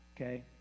Okay